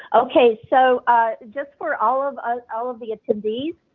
ok. so just for all of ah all of the attendees,